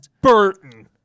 Burton